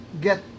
get